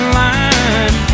line